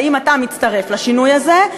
האם אתה מצטרף לשינוי הזה,